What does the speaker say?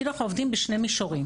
כאילו אנחנו עובדים בשני מישורים.